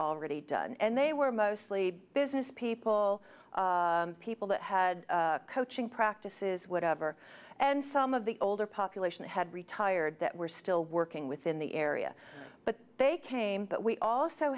already done and they were mostly businesspeople people that had coaching practices whatever and some of the older population had retired that were still working within the area but they came but we also